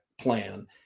plan